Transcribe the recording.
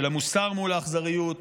של המוסר מול האכזריות,